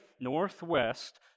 northwest